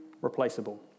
replaceable